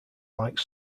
like